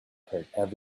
prepared